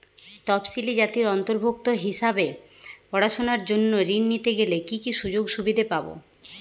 তফসিলি জাতির অন্তর্ভুক্ত হিসাবে পড়াশুনার জন্য ঋণ নিতে গেলে কী কী সুযোগ সুবিধে পাব?